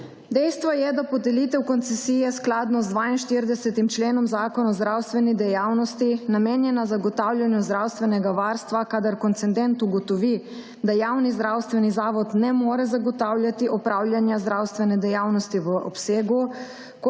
Dejstvo je, da je podelitev koncesije skladno z 42. členom Zakona o zdravstveni dejavnosti namenjena zagotavljanju zdravstvenega varstva, kadar koncendent ugotovi, da javni zdravstveni zavod ne more zagotavljati opravljanja zdravstvene dejavnosti v obsegu,